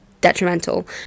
detrimental